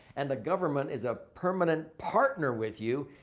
and the government is a permanent partner with you.